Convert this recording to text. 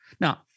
Now